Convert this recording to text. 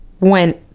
went